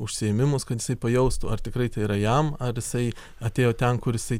užsiėmimus kad jisai pajaustų ar tikrai tai yra jam ar jisai atėjo ten kur jisai